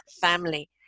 family